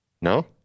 No